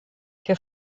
der